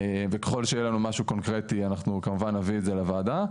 וככל שיהיה לנו משהו קונקרטי אנחנו כמובן נביא את זה לוועדה.